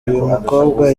mukobwa